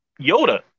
Yoda